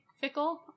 fickle